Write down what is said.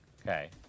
Okay